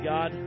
God